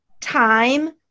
time